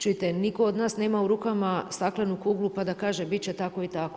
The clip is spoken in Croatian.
Čujte nitko od nas nema u rukama staklenu kuglu pa da kaže bit će tako i tako.